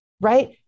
right